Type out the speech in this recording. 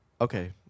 Okay